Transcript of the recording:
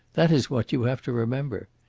that is what you have to remember.